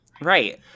Right